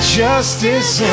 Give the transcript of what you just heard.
justice